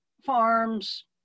farms